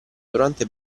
durante